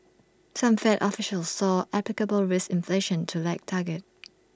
some fed officials saw applicable risk inflation to lag target